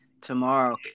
tomorrow